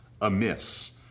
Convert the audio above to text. amiss